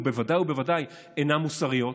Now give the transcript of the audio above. ובוודאי ובוודאי אינן מוסריות.